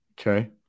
Okay